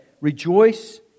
Rejoice